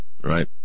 right